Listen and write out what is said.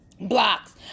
blocks